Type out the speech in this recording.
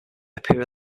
appear